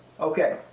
Okay